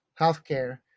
healthcare